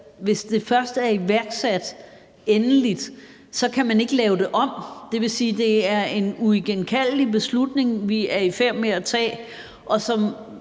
hvis det først er iværksat endeligt. Det vil sige, at det er en uigenkaldelig beslutning, vi er i færd med at tage. Hvis